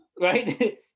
right